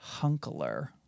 Hunkler